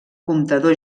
comptador